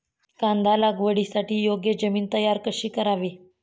कांदा लागवडीसाठी योग्य जमीन तयार कशी करावी?